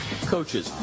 Coaches